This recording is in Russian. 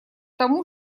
тому